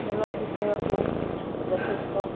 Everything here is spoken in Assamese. খেলৰ বিষয়ত মই যথেষ্ট